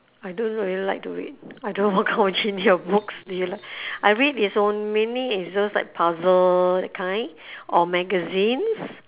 I don't really like to read I don't know what kind of of books do you like I read is onl~ mainly is those like puzzles that kind or magazines